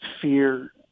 fear